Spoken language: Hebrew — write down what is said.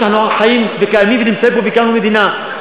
שאנחנו חיים וקיימים ונמצאים פה והקמנו מדינה.